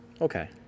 Okay